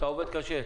אתה עובד קשה.